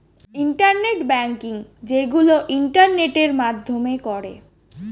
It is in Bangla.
ইন্টারনেট ব্যাংকিং যেইগুলো ইন্টারনেটের মাধ্যমে করে